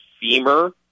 femur